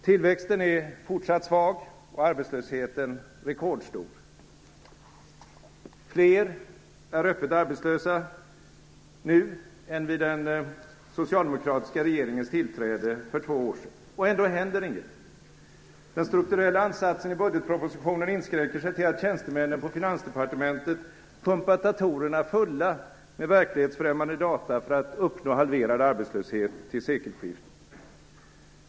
Tillväxten är fortsatt svag och arbetslösheten rekordstor. Fler är nu öppet arbetslösa än vid den socialdemokratiska regeringens tillträde för två år sedan. Ändå händer inget. Den strukturella ansatsen i budgetpropositionen inskränker sig till att tjänstemännen på Finansdepartementet pumpat datorerna fulla med verklighetsfrämmande data för att uppnå halverad öppen arbetslöshet till sekelskiftet.